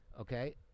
Okay